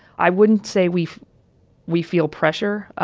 i wouldn't say we we feel pressure.